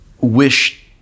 wish